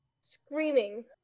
screaming